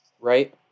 right